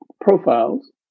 Profiles